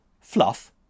Fluff